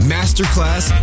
Masterclass